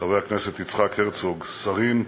חבר הכנסת יצחק הרצוג, שרים,